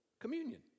Communion